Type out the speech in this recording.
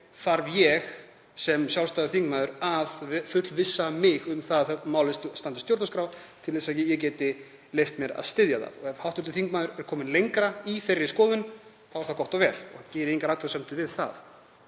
þarf ég sem sjálfstæður þingmaður að fullvissa mig um að málið standist stjórnarskrá til þess að ég geti leyft mér að styðja það. Ef hv. þingmaður er kominn lengra í þeirri skoðun er það gott og blessað og geri ég engar athugasemdir við það.